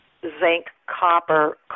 zinc-copper